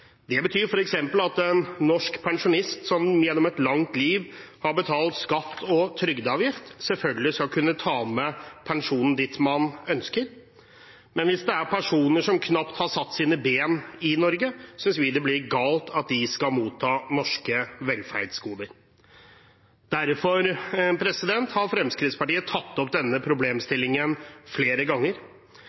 Det betyr f.eks. at en norsk pensjonist som gjennom et langt liv har betalt skatt og trygdeavgift, selvfølgelig skal kunne ta med pensjonen dit han eller hun ønsker. Men hvis det dreier seg om personer som knapt har satt sine ben i Norge, synes vi det blir galt at de skal motta norske velferdsgoder. Derfor har Fremskrittspartiet tatt opp denne problemstillingen flere ganger.